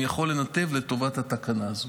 אני יכול לנתב לטובת התקנה הזו.